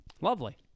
Lovely